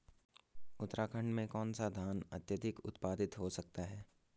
उत्तराखंड में कौन सा धान अत्याधिक उत्पादित हो सकता है?